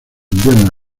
invierno